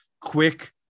quick